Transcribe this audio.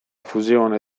fusione